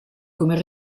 come